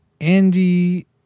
Andy